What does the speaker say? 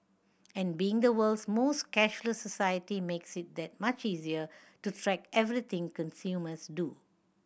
and being the world's most cashless society makes it that much easier to track everything consumers do